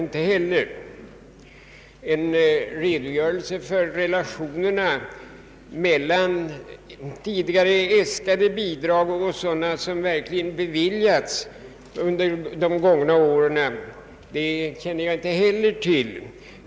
Någon redogörelse för relationen mellan äskade bidrag och sådana som verkligen beviljats under de gångna åren har jag inte heller sett.